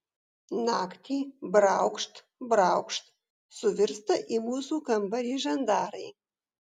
naktį braukšt braukšt suvirsta į mūsų kambarį žandarai